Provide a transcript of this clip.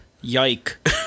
Yike